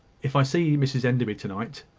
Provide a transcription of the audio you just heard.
if i see mrs enderby to-night,